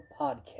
Podcast